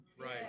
Right